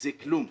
זה כלום.